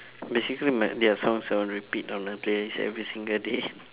basically my their songs are on repeat on my playlist every single day